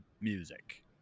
music